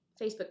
Facebook